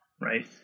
right